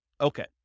Okay